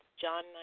John